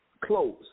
close